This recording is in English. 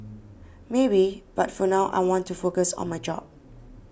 maybe but for now I want to focus on my job